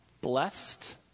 blessed